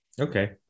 Okay